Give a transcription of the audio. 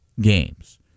games